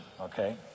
okay